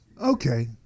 Okay